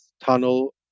tunnel